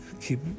keep